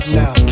now